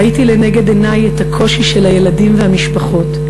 ראיתי לנגד עיני את הקושי של הילדים והמשפחות,